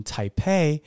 Taipei